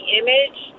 image